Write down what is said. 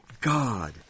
God